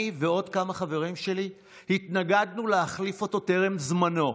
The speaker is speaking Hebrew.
אני ועוד כמה חברים שלי התנגדנו להחליף אותו טרם זמנו,